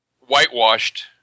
whitewashed